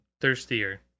Thirstier